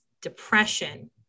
depression